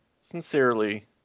sincerely